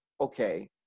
okay